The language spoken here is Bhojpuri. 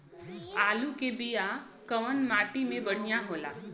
आलू के बिया कवना माटी मे बढ़ियां होला?